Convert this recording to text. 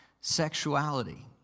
sexuality